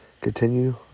continue